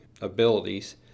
abilities